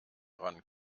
ran